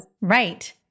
Right